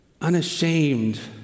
unashamed